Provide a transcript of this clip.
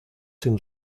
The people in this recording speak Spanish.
sin